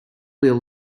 wheel